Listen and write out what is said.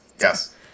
Yes